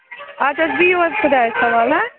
اَدٕ حظ بِہِو حظ خدایَس حَوالہٕ ہاں